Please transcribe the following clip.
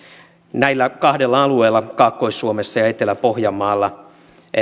näillä kahdella alueella kaakkois suomessa ja etelä pohjanmaalla